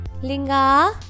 Linga